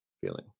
feeling